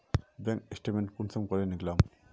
Bank statement कुंसम करे निकलाम?